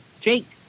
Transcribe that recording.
Jake